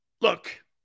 look